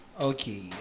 Okay